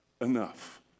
enough